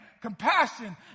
compassion